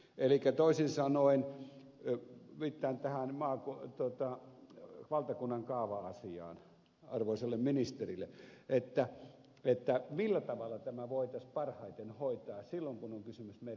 elikkä toisin sanoen viittaan tähän valtakunnan kaava asiaan arvoisalle ministerille millä tavalla tämä voitaisiin parhaiten hoitaa silloin kun on kysymys merialueista